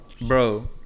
bro